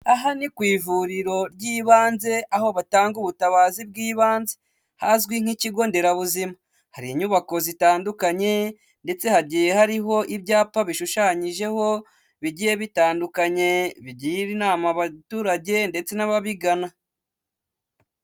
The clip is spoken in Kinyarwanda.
Aha ni ku ivuriro ry'ibanze aho batanga ubutabazi bw'ibanze hazwi nk'ikigo nderabuzima, hari inyubako zitandukanye ndetse hagiye hariho ibyapa bishushanyijeho bigiye bitandukanye bigira inama abaturage ndetse n'ababigana.